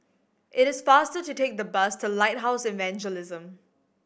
it is faster to take the bus to Lighthouse Evangelism